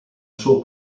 suo